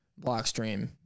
Blockstream